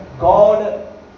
God